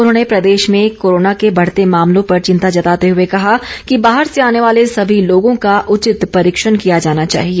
उन्होंने प्रदेश में कोरोना के बढ़ते मामलों पर चिंता जताते हुए कहा कि बाहर से आने वाले सभी लोगों का उचित परीक्षण किया जाना चाहिए